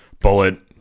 Bullet